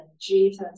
Jesus